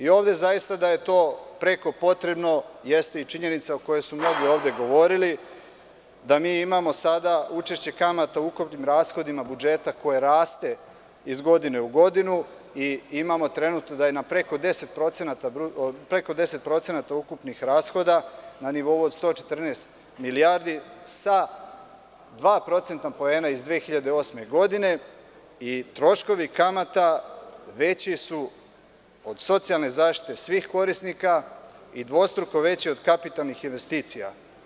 Ovde zaista da je to preko potrebno jeste i činjenica o kojoj su mnogi ovde govorili da mi imamo sada učešće kamata u ukupnim rashodima budžeta koja raste iz godine u godinu i imamo trenutno da je na preko 10% ukupnih rashoda na nivou od 114 milijardi sa dva procenta poena iz 2008. godine i troškovi, kamata veći su od socijalne zaštite svih korisnika i dvostruko veći od kapitalnih investicija.